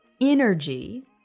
energy